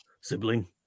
sibling